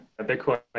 Bitcoin